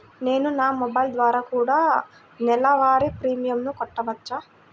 నేను నా మొబైల్ ద్వారా కూడ నెల వారి ప్రీమియంను కట్టావచ్చా?